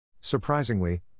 Surprisingly